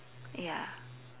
ya